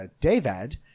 David